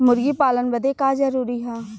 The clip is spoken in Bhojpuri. मुर्गी पालन बदे का का जरूरी ह?